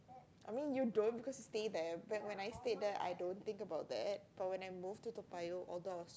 I mean you don't because you stay there but when I stayed there I don't think about that but when I moved to Toa-Payoh although I was